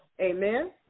Amen